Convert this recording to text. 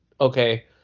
okay